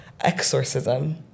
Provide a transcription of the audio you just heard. exorcism